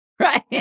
Right